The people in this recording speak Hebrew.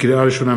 לקריאה ראשונה,